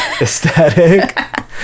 aesthetic